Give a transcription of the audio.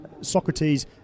Socrates